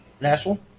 Nashville